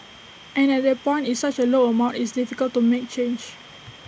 and at that point it's such A low amount it's difficult to make change